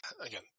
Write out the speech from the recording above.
again